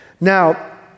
Now